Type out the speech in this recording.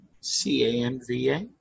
C-A-N-V-A